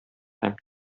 һәм